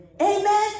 Amen